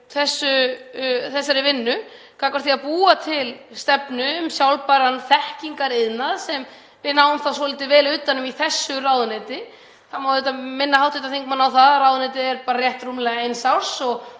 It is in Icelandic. þessari vinnu gagnvart því að búa til stefnu um sjálfbæran þekkingariðnað sem við náum þá svolítið vel utan um í þessu ráðuneyti. Það má auðvitað minna hv. þingmann á að ráðuneytið er bara rétt rúmlega eins árs